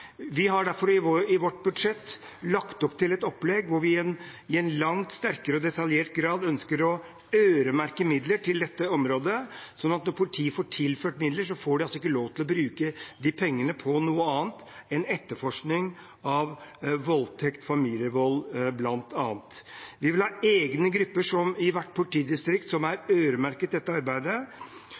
Vi har derfor i vårt budsjett lagt opp til et opplegg hvor vi i langt sterkere og mer detaljert grad ønsker å øremerke midler til dette området, slik at når politiet får tilført midler, får de ikke lov til å bruke de pengene på noe annet enn etterforskning av voldtekt, familievold, bl.a. Vi vil ha egne grupper i hvert politidistrikt som er øremerket for dette arbeidet,